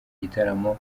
gitaramo